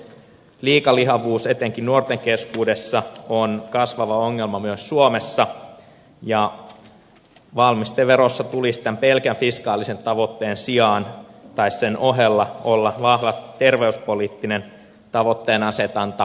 liikalihavuus etenkin nuorten keskuudessa on kasvava ongelma myös suomessa ja valmisteverossa tulisi tämän pelkän fiskaalisen tavoitteen sijaan tai sen ohella olla vahva terveyspoliittinen tavoitteenasetanta